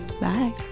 Bye